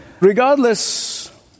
Regardless